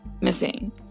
missing